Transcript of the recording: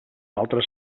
altre